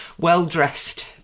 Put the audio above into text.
Well-dressed